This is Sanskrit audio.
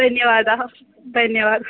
धन्यवादः धन्यवादः